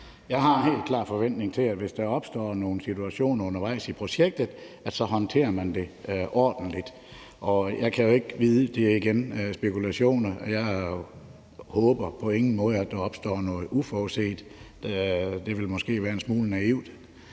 Jeg har en helt klar forventning om, at hvis der opstår nogle situationer undervejs i projektet, så håndterer man det ordentligt. Jeg kan jo ikke vide det; det er igen spekulationer. Jeg håber på ingen måde, at der opstår noget uforudset. Det ville måske være en smule naivt.